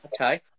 Okay